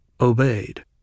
obeyed